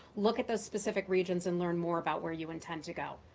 look at those specific regions, and learn more about where you intend to go.